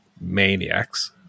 maniacs